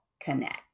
connect